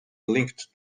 linked